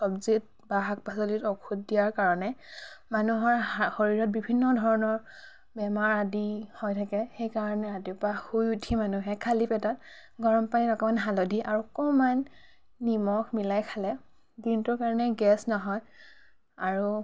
চব্জিত বা শাক পাচলিত ঔষধ দিয়াৰ কাৰণে মানুহৰ শা শৰীৰত বিভিন্ন ধৰণৰ বেমাৰ আদি হৈ থাকে সেইকাৰণে ৰাতিপুৱা শুই উঠি মানুহে খালী পেটত গৰম পানীত অকণমান হালধি আৰু অকণমান নিমখ মিলাই খালে দিনটোৰ কাৰণে গেছ নহয় আৰু